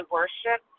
worship